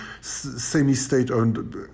semi-state-owned